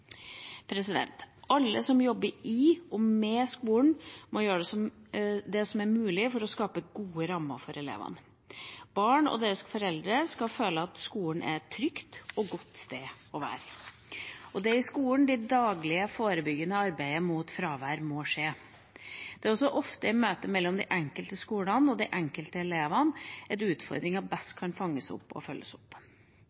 Alle som jobber i og med skolen, må gjøre det som er mulig for å skape gode rammer for elevene. Barn og deres foreldre skal føle at skolen er et trygt og godt sted å være. Det er i skolen det daglige forebyggende arbeidet mot fravær må skje. Det er også ofte i møtet mellom den enkelte skole og den enkelte elev at utfordringer best